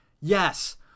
Yes